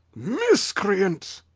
miscreant!